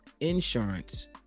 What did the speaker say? insurance